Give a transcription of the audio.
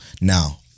Now